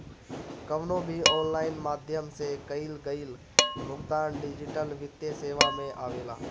कवनो भी ऑनलाइन माध्यम से कईल गईल भुगतान डिजिटल वित्तीय सेवा में आवेला